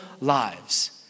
lives